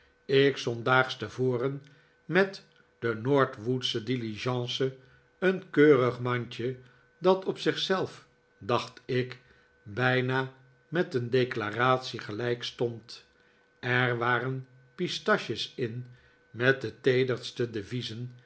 ik zond daags te voren met de nordwoodsche diligence een keurig mandje dat op zichzelf dacht ik bijna met een declaratie gelijkstond er waren pistaches in met de teederste deviezen